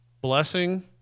blessing